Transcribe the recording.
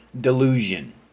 delusion